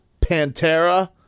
Pantera